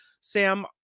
Sam